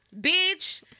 Bitch